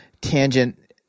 tangent